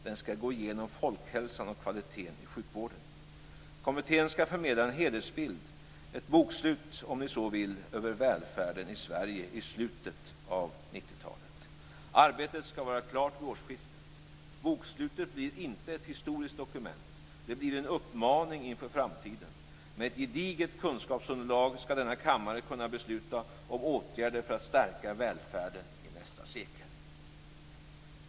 Den skall gå igenom folkhälsan och kvaliteten i sjukvården. Kommittén skall förmedla en helhetsbild, ett bokslut, om ni så vill, över välfärden i Sverige i slutet av 90-talet. Arbetet skall vara klart vid årsskiftet. Bokslutet blir inte ett historiskt dokument. Det blir en uppmaning inför framtiden. Med ett gediget kunskapsunderlag skall denna kammare kunna besluta om åtgärder för att stärka välfärden i nästa sekel.